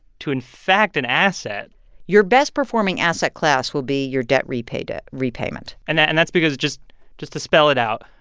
to, in fact, an asset your best performing asset class will be your debt repayment repayment and and that's because just just to spell it out,